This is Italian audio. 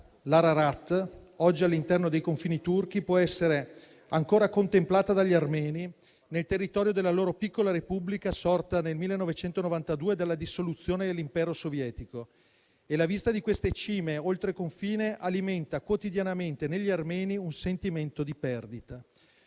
l'Ararat, oggi all'interno dei confini turchi, può essere ancora contemplata dagli armeni nel territorio della loro piccola Repubblica sorta nel 1992 dalla dissoluzione dell'Impero sovietico e la vista di quelle cime oltreconfine alimenta quotidianamente negli armeni un sentimento di perdita.